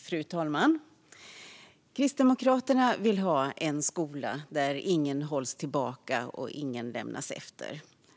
Fru talman! Kristdemokraterna vill ha en skola där ingen hålls tillbaka och ingen lämnas efter.